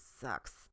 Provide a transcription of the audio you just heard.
sucks